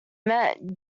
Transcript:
met